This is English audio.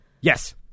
Yes